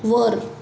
वर